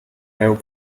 have